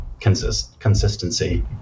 consistency